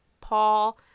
Paul